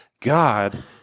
God